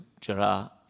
Jara